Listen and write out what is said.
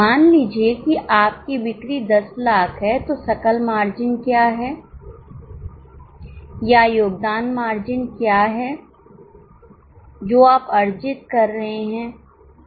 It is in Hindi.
मान लीजिए कि आप की बिक्री 10 लाख है तो सकल मार्जिन क्या है या योगदान मार्जिन क्या है जो आप अर्जित कर रहे हैं वह पीवी अनुपात है